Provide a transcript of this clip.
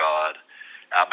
God